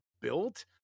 built